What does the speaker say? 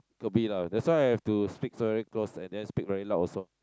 could be lah that's why I have to speak very close and then speak very loud also